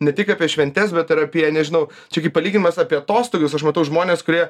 ne tik apie šventes bet ir apie nežinau čia kaip palyginimas apie atostogas aš matau žmones kurie